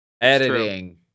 Editing